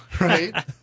Right